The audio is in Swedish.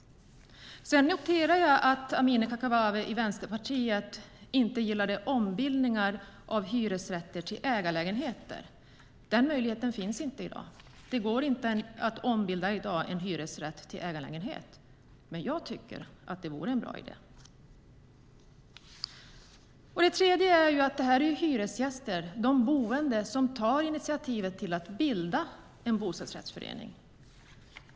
Jag noterar att Amineh Kakabaveh i Vänsterpartiet inte gillar ombildningar av hyresrätter till ägarlägenheter. Den möjligheten finns inte i dag. Det går inte att i dag ombilda en hyresrätt till ägarlägenhet, men jag tycker att det vore en bra idé. Det är hyresgästerna, de boende, som tar initiativ till att bilda en bostadsrättsförening.